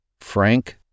Frank